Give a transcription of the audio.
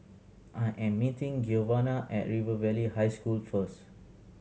I am meeting Giovanna at River Valley High School first